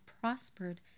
prospered